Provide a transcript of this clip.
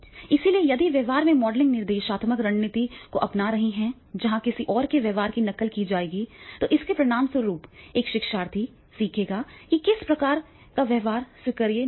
इसलिए यदि व्यवहार में मॉडलिंग निर्देशात्मक रणनीतियों को अपना रही है जहां किसी और के व्यवहार की नकल की जाएगी तो इसके परिणामस्वरूप एक शिक्षार्थी सीखेगा कि इस प्रकार का व्यवहार स्वीकार्य नहीं है